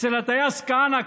אצל הטייס כהנא,